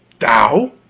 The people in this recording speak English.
thou!